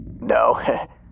no